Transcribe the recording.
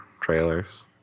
Trailers